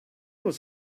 was